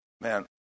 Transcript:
man